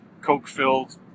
coke-filled